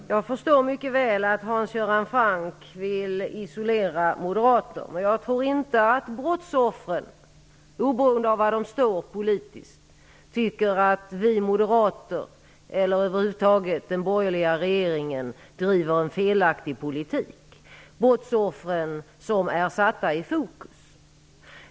Herr talman! Jag förstår mycket väl att Hans Göran Franck vill isolera moderater. Jag tror inte att brottsoffren, oberoende av var de står politiskt, tycker att vi moderater eller den borgerliga regeringen över huvud taget driver en felaktig politik. Brottsoffren är satta i fokus.